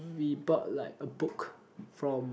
we bought like a book from